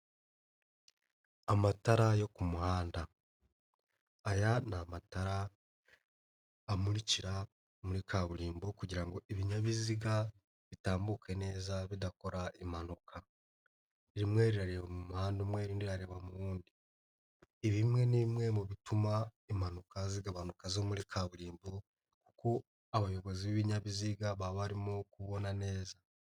Amatara yo ku muhanda. Aya ni amatara amurikira muri kaburimbo kugira ngo ibinyabiziga bitambuke neza bidakora impanuka. Rimwe rirareba mu muhanda umwe, irindi rirareba mu wundi. Ibi ni bimwe mu bituma impanuka zigabanuka zo muri kaburimbo kuko abayobozi b'ibinyabiziga baba barimo kubona neza.